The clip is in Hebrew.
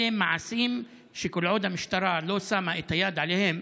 אלה מעשים שכל עוד המשטרה לא שמה את היד עליהם,